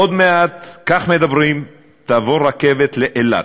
עוד מעט, כך מדברים, תבוא רכבת לאילת.